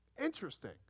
Interesting